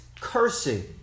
cursing